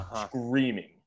screaming